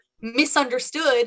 misunderstood